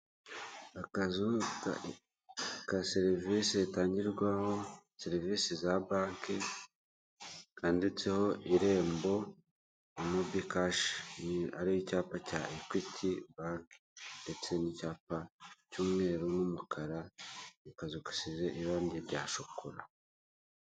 Akazu ka serivisi zitangirwaho serivisi za banki, kanditseho irembo mobi kashi, hari icyapa cya Equity bank ndetse n'icyapa cy'umweru n'umukara, akazu gasize irangi rya shokora.